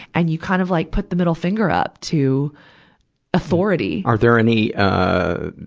and you kind of like put the middle finger up to authority. are there any, ah,